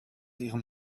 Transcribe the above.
ihrem